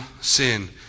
sin